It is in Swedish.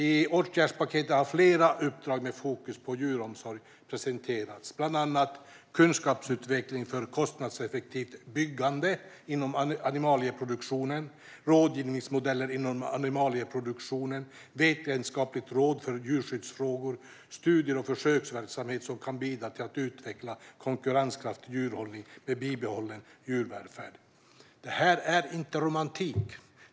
I åtgärdspaketet har flera uppdrag med fokus på djuromsorg presenterats, bland annat kunskapsutveckling för kostnadseffektivt byggande inom animalieproduktion, rådsgivningsmodeller inom animalieproduktion, vetenskapligt råd för djurskyddsfrågor samt studier och försöksverksamhet som kan bidra till att utveckla konkurrenskraftig djurhållning med bibehållen djurvälfärd. Detta är inte romantik.